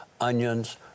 onions